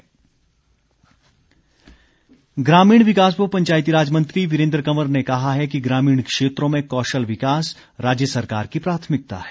वीरेंद्र कंवर ग्रामीण विकास व पंचायतीराज मंत्री वीरेंद्र कंवर ने कहा है कि ग्रामीण क्षेत्रों में कौशल विकास राज्य सरकार की प्राथमिकता है